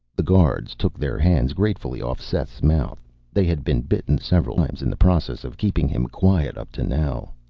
the guards took their hands gratefully off seth's mouth they had been bitten several times in the process of keeping him quiet up to now.